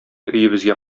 өебезгә